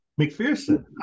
McPherson